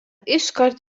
iškart